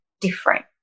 different